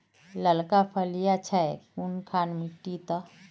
लालका फलिया छै कुनखान मिट्टी त?